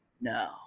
No